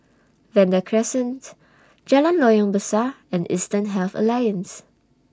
Vanda Crescent Jalan Loyang Besar and Eastern Health Alliance